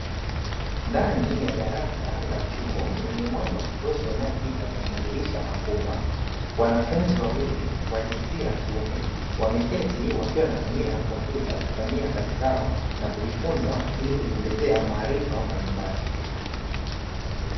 Ndani ya darasa la chuo lenye mwanga wa kutosha unaopita kwenye madirisha ya makubwa, wanafunzi wawili wa jinsia ya kiume wameketi, wakiwa wanatumia kompyuta kufanyia kazi zao na kujifunza ili kujiongezea maarifa mbalimbali.